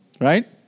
right